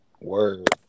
word